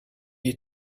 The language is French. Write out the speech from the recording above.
est